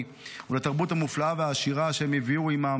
ולתרבות המופלאה והעשירה שהביאו עימם